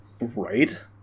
Right